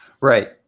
Right